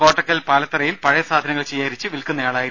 കോട്ടക്കൽ പാലത്തറയിൽ പഴയസാധനങ്ങൾ ശേഖരിച്ച് വിൽക്കുന്നയാളായിരുന്നു